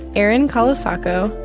erin colasacco,